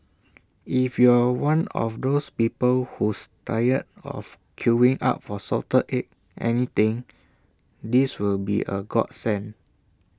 if you're one of those people who's tired of queuing up for salted egg anything this will be A godsend